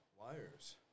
wires